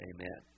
Amen